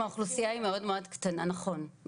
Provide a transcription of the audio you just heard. אם האוכלוסייה היא מאוד מאוד קטנה זה נכון,